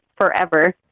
forever